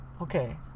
Okay